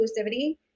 inclusivity